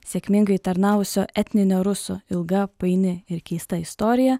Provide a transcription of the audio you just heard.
sėkmingai tarnavusio etninio ruso ilga paini ir keista istorija